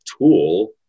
tool